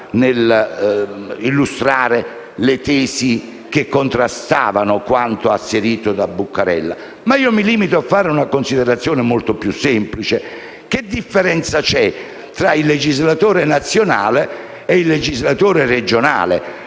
nell'illustrare le tesi che contrastavano quanto asserito dal senatore. Io mi limito a fare una considerazione molto più semplice: che differenza esiste tra il legislatore nazionale e il legislatore regionale?